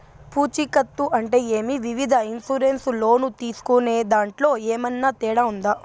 పూచికత్తు అంటే ఏమి? వివిధ ఇన్సూరెన్సు లోను తీసుకునేదాంట్లో ఏమన్నా తేడా ఉందా?